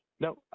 No